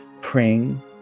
praying